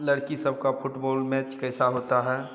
लड़की सब का फुटबोल मैच कैसा होता है